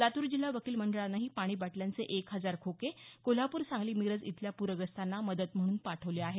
लातूर जिल्हा वकील मंडळानंही पाणी बाटल्यांचे एक हजार खोके कोल्हापूर सांगली मिरज इथल्या पुरग्रस्तांना मदत म्हणून पाठवले आहेत